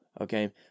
Okay